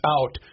out